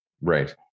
right